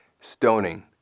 Stoning